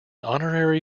honorary